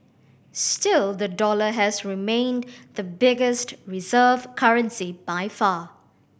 still the dollar has remained the biggest reserve currency by far